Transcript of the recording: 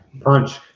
punch